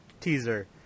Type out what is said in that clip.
teaser